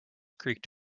creaked